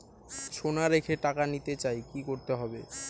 সোনা রেখে টাকা নিতে চাই কি করতে হবে?